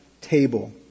table